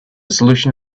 solution